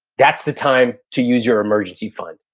that's the time to use your emergency fund.